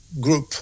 group